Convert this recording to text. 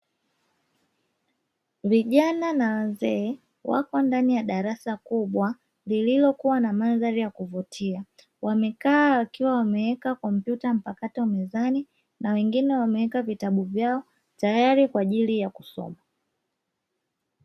Vijana na wazee, wako ndani ya darasa kubwa lililokuwa na mandhari ya kuvutia, wamekaa wakiwa wameweka kompyuta mpakato mezani na wengine wameweka vitabu vyao, tayari kwa ajili ya kusoma.